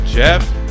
Jeff